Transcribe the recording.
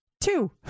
two